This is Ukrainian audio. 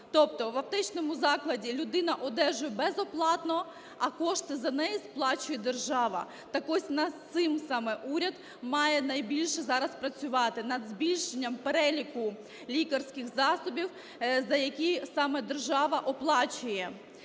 Тобто в аптечному закладі людина одержує безоплатно, а кошти за неї сплачує держава. Так ось, над цим саме уряд має найбільше сьогодні працювати – над збільшенням переліку лікарських засобів, за які саме держава оплачує.